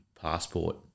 passport